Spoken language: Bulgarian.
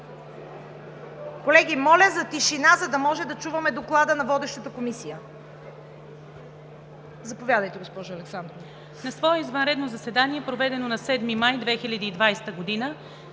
Колеги, моля за тишина, за да може да чуваме Доклада на водещата Комисия! Заповядайте, госпожо Александрова.